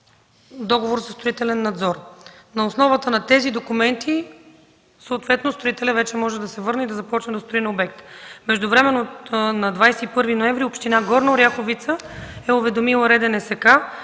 договор за строителен надзор. На основата на тези документи строителят вече може да се върне и да започне да строи на обекта. Междувременно на 21 ноември община Горна Оряховица е уведомила РДНСК,